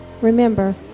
Remember